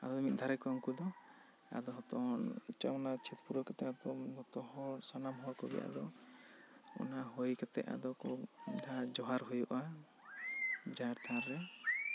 ᱟᱫᱚ ᱢᱤᱫ ᱫᱷᱟᱨᱮ ᱠᱚ ᱩᱱᱠᱩ ᱫᱚ ᱟᱫᱚ ᱡᱚᱛᱚ ᱦᱚᱲ ᱚᱱᱟ ᱪᱷᱮᱫᱽ ᱯᱩᱨᱟᱣ ᱠᱟᱛᱮᱜ ᱡᱚᱛᱚ ᱦᱚᱲ ᱥᱟᱱᱟᱢ ᱦᱚᱲ ᱠᱚ ᱜᱮ ᱟᱫᱚ ᱚᱱᱟ ᱦᱩᱭ ᱠᱟᱛᱮᱜ ᱟᱫᱚ ᱠᱚ ᱡᱚᱦᱟᱨ ᱦᱩᱭᱩᱜᱼᱟ ᱡᱟᱦᱮᱨ ᱛᱷᱟᱱ ᱨᱮ